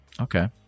Okay